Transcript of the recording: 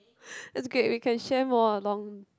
that's great we can share more along